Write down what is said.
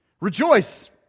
Rejoice